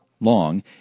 long